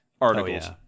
articles